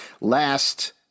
last